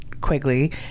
Quigley